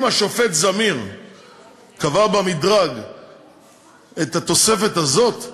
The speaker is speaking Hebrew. אם השופט זמיר קבע במדרג את התוספת הזאת,